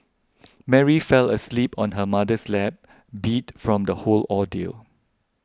Mary fell asleep on her mother's lap beat from the whole ordeal